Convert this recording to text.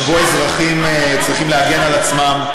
שבו אזרחים צריכים להגן על עצמם.